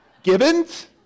Gibbons